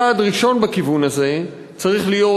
צעד ראשון בכיוון הזה צריך להיות: